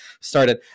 started